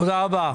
תודה רבה.